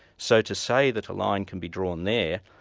so to say that a line can be drawn there,